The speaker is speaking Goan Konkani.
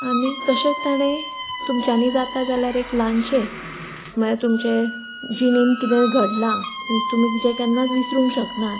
आनी तशेंच ताणें तुमच्यांनी जाता जाल्यार एक ल्हानशें म्हणल्यार तुमचें जिणेन किदें घडलां मिन्स तुमी जे केन्नाच विसरूंक शकना